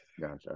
gotcha